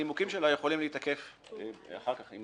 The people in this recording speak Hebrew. הנימוקים שלה יכולים להיתקף אחר כך אם